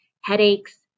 headaches